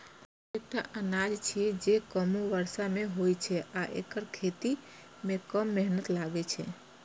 कोदो एकटा अनाज छियै, जे कमो बर्षा मे होइ छै आ एकर खेती मे कम मेहनत लागै छै